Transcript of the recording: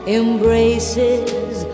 embraces